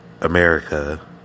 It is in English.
America